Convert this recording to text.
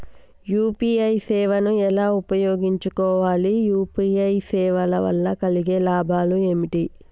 UPI సేవను ఎలా ఉపయోగించు కోవాలి? యూ.పీ.ఐ సేవల వల్ల కలిగే లాభాలు ఏమిటి?